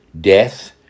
death